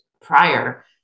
prior